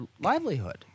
livelihood